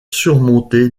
surmonté